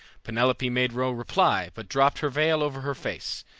penelope made no reply, but dropped her veil over her face.